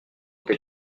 tes